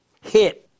hit